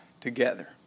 together